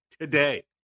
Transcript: today